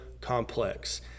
complex